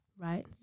right